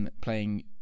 playing